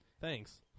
thanks